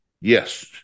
Yes